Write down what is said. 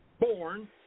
born